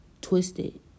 Twisted